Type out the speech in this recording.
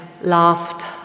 laughed